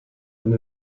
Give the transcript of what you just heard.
und